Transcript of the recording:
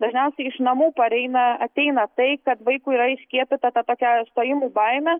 dažniausiai iš namų pareina ateina tai kad vaikui yra įskiepyta ta tokia stojimų baimė